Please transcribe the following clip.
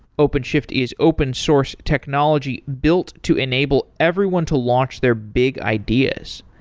openshift is open source technology built to enable everyone to launch their big ideas.